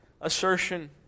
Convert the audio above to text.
assertion